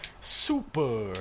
Super